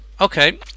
okay